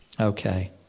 Okay